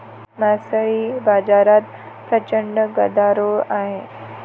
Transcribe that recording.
मासळी बाजारात प्रचंड गदारोळ आहे